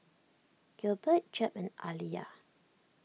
Gilbert Jep and Aaliyah